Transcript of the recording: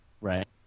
Right